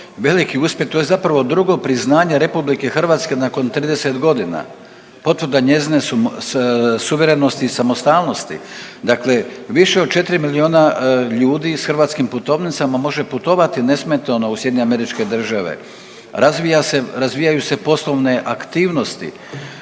veliki uspjeh, to je zapravo drugo priznanje RH nakon 30.g., potvrda njezine suverenosti i samostalnosti. Dakle više od 4 milijuna ljudi s hrvatskim putovnicama može putovati nesmetano u SAD, razvija se, razvijaju se poslovne aktivnosti,